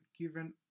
given